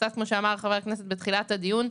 כמו שאמר חבר הכנסת בתחילת הדיון,